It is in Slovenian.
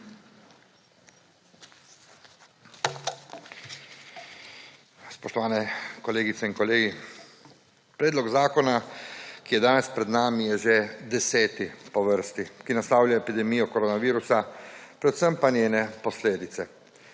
(nadaljevanje) Predlog zakona, ki je danes pred nami, je že deseti po vrsti, ki naslavlja epidemijo koronavirusa, predvsem pa njene posledice.